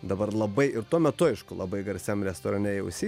dabar labai ir tuo metu aišku labai garsiam restorane aoc